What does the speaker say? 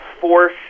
force